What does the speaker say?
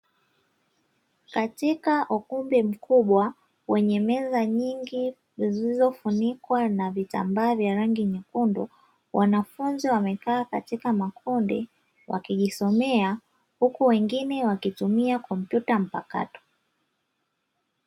Katika ukumbi mkubwa wenye meza nyingi zilizofunikwa na vitambaa vya ranlngi nyekundu, wanafunzi wamekaa katika makundi wakijisomea huku wengine wakitumia kompyuta mpakato.